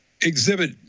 Exhibit